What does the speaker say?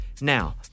Now